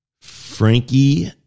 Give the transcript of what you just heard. Frankie